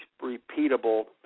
repeatable